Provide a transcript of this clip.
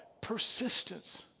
persistence